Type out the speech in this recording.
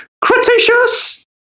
Cretaceous